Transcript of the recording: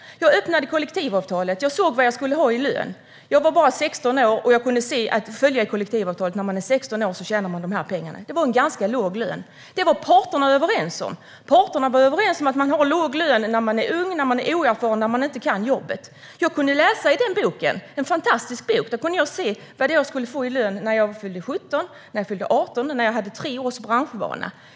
Jag öppnade kollektivavtalet och såg vad jag skulle ha i lön. Jag var bara 16 år, och jag kunde se att om kollektivavtalet följdes skulle jag tjäna de pengarna när man är 16 år. Det var en låg lön, men det var parterna överens om. Parterna var överens om att det ska vara en låg lön när man är ung, oerfaren och inte kan jobbet. Jag kunde läsa i boken - en fantastisk bok - vad jag skulle få i lön när jag fyllde 17, när jag fyllde 18 och när jag hade tre års branschvana.